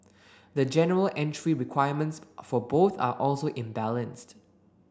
the general entry requirements for both are also imbalanced